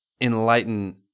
enlighten